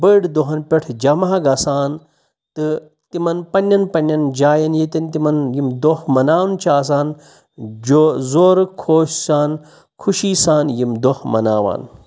بٔڑۍ دۄہَن پٮ۪ٹھ جَمع گژھان تہٕ تِمَن پنٛنٮ۪ن پنٛنٮ۪ن جایَن ییٚتٮ۪ن تِمَن یِم دۄہ مناوٕنۍ چھِ آسان جو زورٕ خۄش سان خُشی سان یِم دۄہ مَناوان